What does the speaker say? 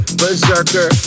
berserker